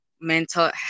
mental